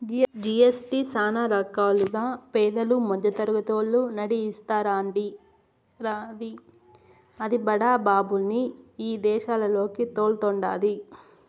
GST సానా రకాలుగా పేదలు, మద్దెతరగతోళ్ళు నడ్డి ఇరస్తాండాది, అది బడా బాబుల్ని ఇదేశాలకి తోల్తండాది